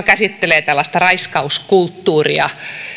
käsittelee tällaista raiskauskulttuuria